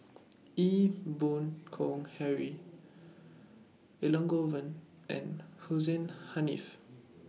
Ee Boon Kong Henry Elangovan and Hussein Haniff